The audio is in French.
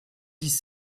dix